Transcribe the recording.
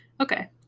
Okay